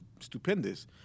stupendous